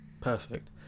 perfect